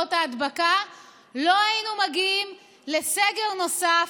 שרשראות ההדבקה לא היינו מגיעים לסגר נוסף,